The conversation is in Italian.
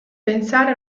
pensare